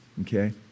okay